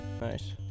Nice